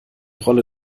rolle